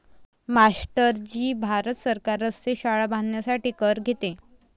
master ji Bharat सरकार रस्ते, शाळा बांधण्यासाठी कर घेते